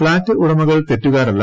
flat ഉടമകൾ തെറ്റുകാരല്ല